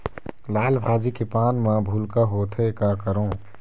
लाल भाजी के पान म भूलका होवथे, का करों?